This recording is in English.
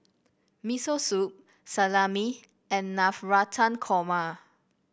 Miso Soup Salami and Navratan Korma